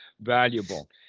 valuable